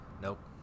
nope